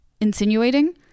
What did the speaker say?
insinuating